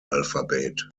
alphabet